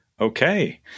Okay